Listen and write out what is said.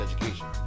education